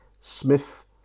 Smith